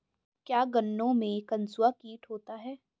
क्या गन्नों में कंसुआ कीट होता है?